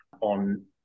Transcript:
on